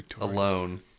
alone